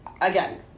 again